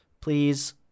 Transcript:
please